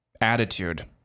attitude